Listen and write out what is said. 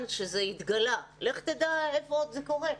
שהמקרים התגלו בו אבל לך תדע היכן עוד זה קורה.